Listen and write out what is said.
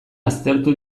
aztertu